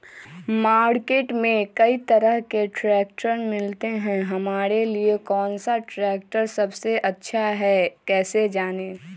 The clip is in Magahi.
मार्केट में कई तरह के ट्रैक्टर मिलते हैं हमारे लिए कौन सा ट्रैक्टर सबसे अच्छा है कैसे जाने?